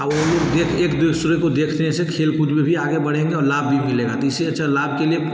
और वो एक देख एक दूसरे को देखते हैं ऐसे खेल कूद में भी आगे बढ़ेंगे और लाभ भी मिलेगा तो इससे अच्छा लाभ के लिए